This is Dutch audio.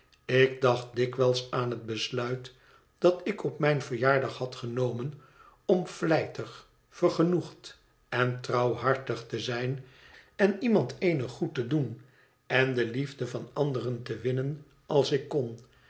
ik dacht dikwijls aan het besluit dat ik op mijn verjaardag had genomen om vlijtig vergenoegd en trouwhartig te zijn en iemand eenig goed te doen en de liefde van anderen te winnen als ik kon